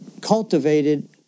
cultivated